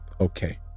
Okay